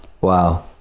Wow